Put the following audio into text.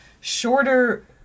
shorter